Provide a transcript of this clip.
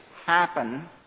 happen